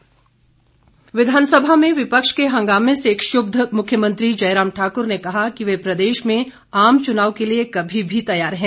मुख्यमंत्री वक्तव्य विधानसभा में विपक्ष के हंगामे से क्षुब्ध मुख्यमंत्री जयराम ठाकुर ने कहा कि वह प्रदेश में आम चुनाव के लिए कभी भी तैयार है